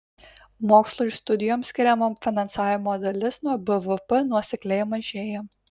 mokslui ir studijoms skiriama finansavimo dalis nuo bvp nuosekliai mažėja